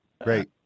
Great